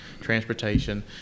transportation